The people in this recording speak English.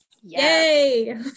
Yay